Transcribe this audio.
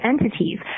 entities